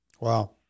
Wow